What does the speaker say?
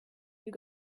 you